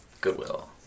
Goodwill